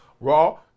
raw